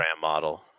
model